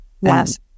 Yes